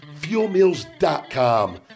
FuelMeals.com